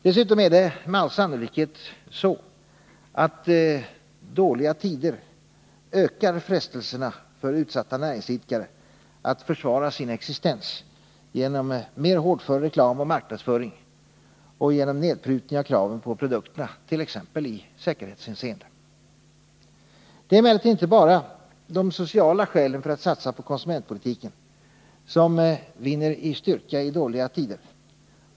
Dessutom är det med all sannolikhet så att dåliga tider ökar frestelserna för utsatta näringsidkare att försvara sin existens genom mer hårdför reklam och marknadsföring och genom nedprutning av kraven på produkterna, t.ex. i säkerhetshänseende. Det är emellertid inte bara de sociala skälen för att satsa på konsumentpolitiken som vinner i styrka i dåliga tider.